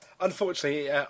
Unfortunately